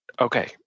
Okay